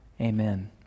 Amen